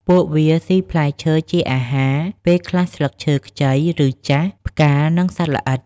ពួកវាសុីផ្លែឈើជាអាហារ ពេលខ្លះស្លឹកឈើ ខ្ចី ឬចាស់ ផ្កានិងសត្វល្អិត។